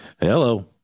Hello